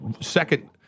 second